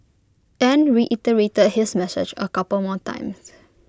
and reiterated his message A couple more times